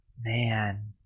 Man